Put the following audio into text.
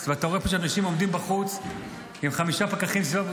ורואה אנשים עומדים בחוץ עם חמישה פקחים סביבם,